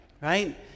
Right